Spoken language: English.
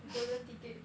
the golden ticket